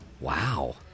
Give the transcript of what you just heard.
Wow